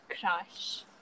crush